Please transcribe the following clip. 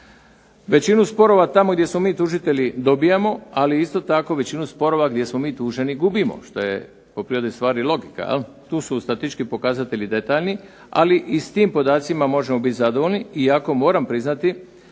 Većinu sporova tamo gdje smo mi tužitelji dobivamo, ali isto tako većinu sporova gdje smo mi tuženi gubimo što je po prirodi stvari logika. Tu su statistički pokazatelji detaljni, ali i s tim podacima možemo biti zadovoljni, iako moram priznati